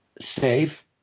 safe